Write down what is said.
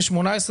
למשל,